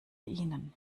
ihnen